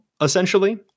essentially